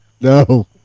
no